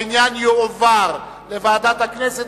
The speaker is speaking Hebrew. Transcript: העניין יועבר לוועדת הכנסת,